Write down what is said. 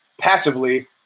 passively –